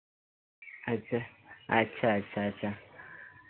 अच्छा अच्छा अच्छा अच्छा